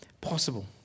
possible